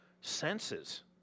senses